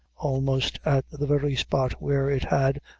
almost at the very spot where it had,